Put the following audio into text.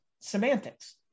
semantics